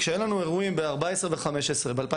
כשהיו לנו אירועי טרור ב-2014 ו-2015,